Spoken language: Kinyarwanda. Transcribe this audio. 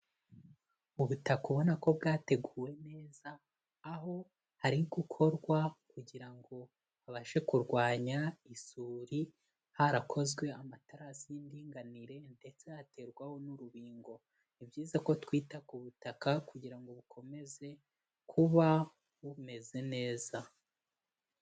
Ubutaka ubona ko bwateguwe neza, aho hari gukorwa kugira ngo babashe kurwanya isuri harakozwe amaterasi y'indinganire ndetse haterwaho n'urubingo, ni byiza ko twita ku butaka kugira ngo bukomeze kuba bumeze neza.